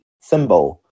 symbol